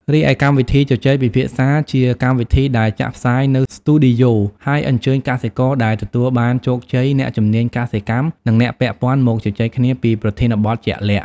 រីឯកម្មវិធីជជែកពិភាក្សា ជាកម្មវិធីដែលចាក់ផ្សាយនៅស្ទូឌីយោ ហើយអញ្ជើញកសិករដែលទទួលបានជោគជ័យ អ្នកជំនាញកសិកម្ម និងអ្នកពាក់ព័ន្ធមកជជែកគ្នាពីប្រធានបទជាក់លាក់។